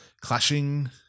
clashing